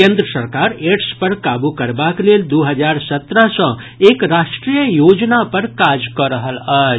केंद्र सरकार एड्स पर काबू करबाक लेल दू हजार सत्रह सँ एक राष्ट्रीय योजना पर काज कऽ रहल अछि